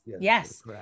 yes